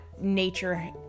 nature